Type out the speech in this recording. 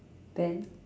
then